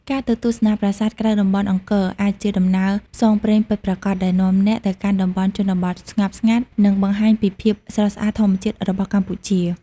ការទៅទស្សនាប្រាសាទក្រៅតំបន់អង្គរអាចជាដំណើរផ្សងព្រេងពិតប្រាកដ ដែលនាំអ្នកទៅកាន់តំបន់ជនបទស្ងប់ស្ងាត់ និងបង្ហាញពីភាពស្រស់ស្អាតធម្មជាតិរបស់កម្ពុជា។